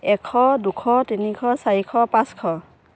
এশ দুশ তিনিশ চাৰিশ পাঁচশ